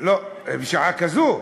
לא, בשעה כזאת.